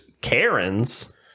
Karens